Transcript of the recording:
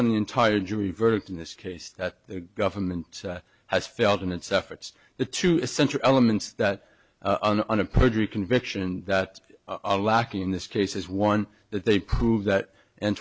on the entire jury verdict in this case that the government has failed in its efforts the two essential elements that an on a perjury conviction that are lacking in this case is one that they prove that